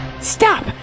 Stop